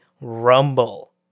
rumble